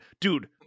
dude